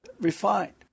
refined